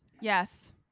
Yes